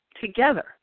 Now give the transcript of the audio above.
together